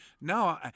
No